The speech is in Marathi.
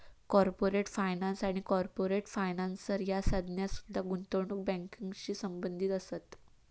कॉर्पोरेट फायनान्स आणि कॉर्पोरेट फायनान्सर ह्या संज्ञा सुद्धा गुंतवणूक बँकिंगशी संबंधित असत